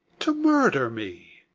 to murder me?